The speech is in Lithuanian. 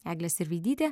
eglė sirvydytė